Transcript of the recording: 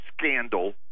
scandal